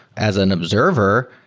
as an observer,